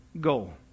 goal